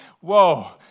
Whoa